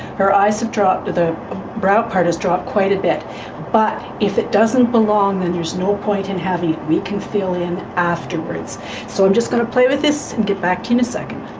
her eyes have dropped. the brow part has dropped quite a bit but if it. doesn't belong then there's no point in having it. we can fill in afterwards so i'm just going to play with this and get back in a second.